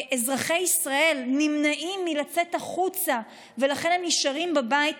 אזרחי ישראל נמנעים מלצאת החוצה ולכן הם נשארים בבית,